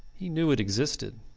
he knew it existed,